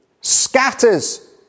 scatters